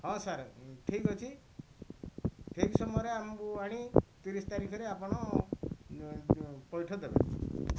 ହଁ ସାର ଠିକ ଅଛି ଠିକ ସମୟରେ ଆମକୁ ଆଣି ତିରିଶ ତାରିଖରେ ଆପଣ ପୈଠ ଦେବେ